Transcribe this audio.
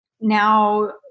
now